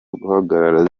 guhagarara